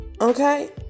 Okay